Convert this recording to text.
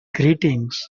greetings